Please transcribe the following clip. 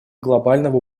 глобального